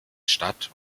stadt